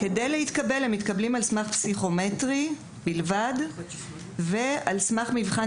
הם מתקבלים על סמך פסיכומטרי בלבד ועל סמך מבחן